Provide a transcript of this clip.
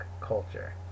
culture